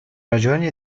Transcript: ragioni